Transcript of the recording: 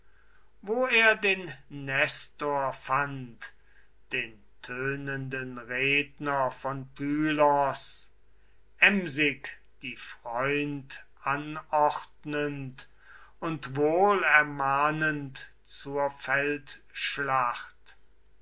wo er den nestor fand den tönenden redner von pylos emsig die freund anordnend und wohl ermahnend zur